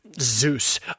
Zeus